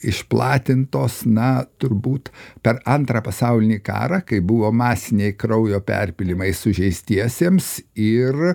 išplatintos na turbūt per antrą pasaulinį karą kai buvo masiniai kraujo perpylimai sužeistiesiems ir